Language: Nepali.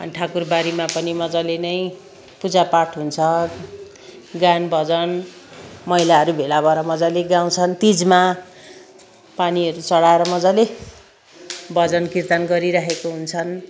अनि ठाकुरबाडीमा पनि मजाले नै पूजा पाठ हुन्छ गान भजन महिलाहरू भेला भएर मजाले गाउँछन् तिजमा पानीहरू चढाएर मजाले भजन कीर्तन गरिराखेको हुन्छन्